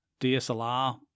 dslr